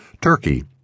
Turkey